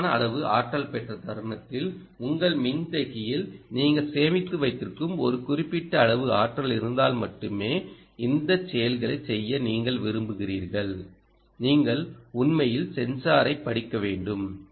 போதுமான அளவு ஆற்றல் பெற்ற தருணத்தில் உங்கள் மின்தேக்கியில் நீங்கள் சேமித்து வைத்திருக்கும் ஒரு குறிப்பிட்ட அளவு ஆற்றல் இருந்தால் மட்டுமே இந்தச் செயல்களைச் செய்ய நீங்கள் விரும்புகிறீர்கள் நீங்கள் உண்மையில் சென்சாரை படிக்க வேண்டும்